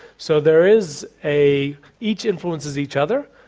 so there is a each influences each other,